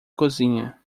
cozinha